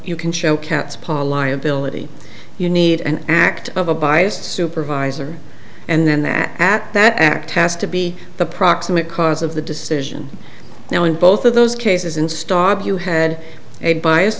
you can show cat's paw liability you need an act of a biased supervisor and then that at that act has to be the proximate cause of the decision now in both of those cases and stop you had a biased